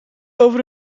over